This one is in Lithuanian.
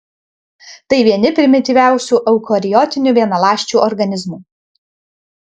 tai vieni primityviausių eukariotinių vienaląsčių organizmų